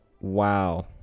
Wow